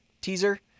teaser